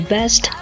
Best